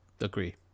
Agree